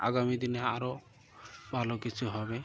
আগামী দিনে আরও ভালো কিছু হবে